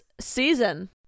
season